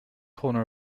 corner